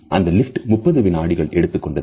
அந்த லிப்ட் 30 வினாடிகள் எடுத்துக்கொண்டது